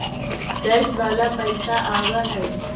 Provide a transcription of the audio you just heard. Gas वाला पैसा आव है?